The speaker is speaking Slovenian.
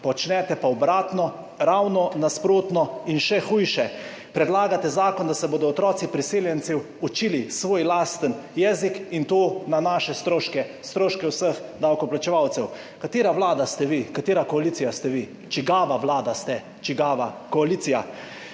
Počnete pa obratno, ravno nasprotno. In še hujše, predlagate zakon, da se bodo otroci priseljencev učili svoj lasten jezik, in to na naše stroške, stroške vseh davkoplačevalcev. Katera vlada ste vi? Katera koalicija ste vi? Čigava vlada ste? Čigava koalicija?